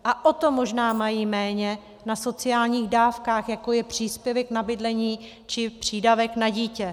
A o to možná méně mají na sociálních dávkách, jako je příspěvek na bydlení či přídavek na dítě.